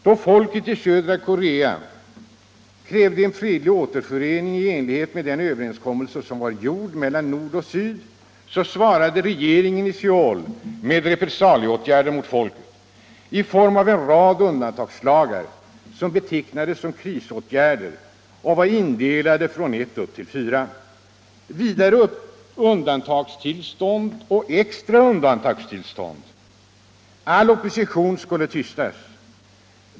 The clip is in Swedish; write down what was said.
Då folket i södra Korea krävde en fredlig återförening i enlighet med den överenskommelse som var gjord mellan nord och syd, svarade regeringen i Söul med repressalieåtgärder mot folket i form av en rad undantagslagar, som betecknades som krisåtgärder och var indelade från 1 upp till 4. Vidare infördes undantagstillstånd och extra undantags tillstånd. All opposition skulle tystas.